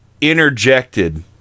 interjected